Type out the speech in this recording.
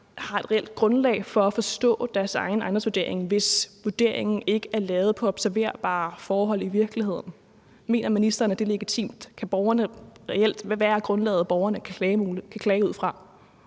har et reelt grundlag for at forstå deres egen ejendomsvurdering, hvis vurderingen ikke er lavet på observerbare forhold i virkeligheden. Mener ministeren, at det er legitimt? Hvad er grundlaget, borgerne kan klage ud fra?